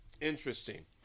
Interesting